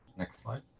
next slide.